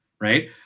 right